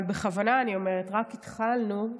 אבל בכוונה אני אומרת, רק התחלנו,